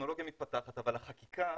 שהטכנולוגיה מתפתחת אבל החקיקה